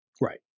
right